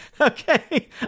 okay